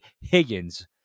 Higgins